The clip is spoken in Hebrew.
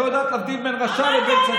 את לא יודעת להבדיל בין רשע לצדיק?